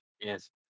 yes